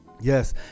Yes